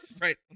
right